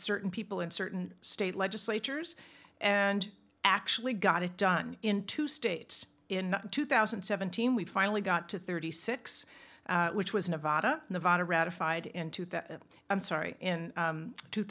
certain people in certain state legislatures and actually got it done in two states in two thousand and seventeen we finally got to thirty six which was nevada nevada ratified into the i'm sorry in